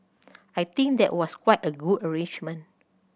I think that was quite a good arrangement